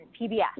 PBS